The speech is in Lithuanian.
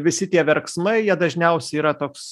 visi tie verksmai jie dažniausiai yra toks